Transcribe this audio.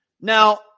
Now